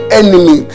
enemy